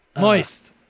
Moist